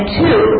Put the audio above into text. two